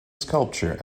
sculpture